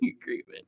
agreement